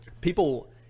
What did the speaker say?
People